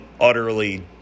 utterly